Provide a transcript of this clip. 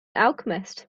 alchemist